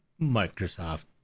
Microsoft